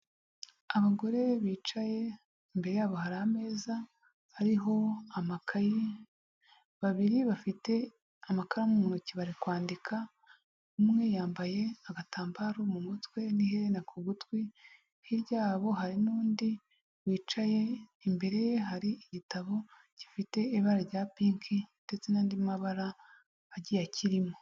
Abagore bicaye imbere yabo hari ameza ariho amakayi, babiri bafite amakaramu mu ntoki bari kwandika, umwe yambaye agatambaro mu mutwe n'iherena ku gutwi, hirya yabo hari n'undi wicaye, imbere ye hari igitabo gifite ibara rya pinki ndetse n'andi mabara agiye akirimo.